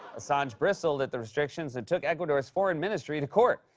assange bristled at the restrictions, and took ecuador's foreign ministry to court.